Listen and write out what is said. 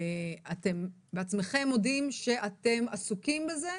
אתם בעצמכם מודים שאתם עסוקים בזה,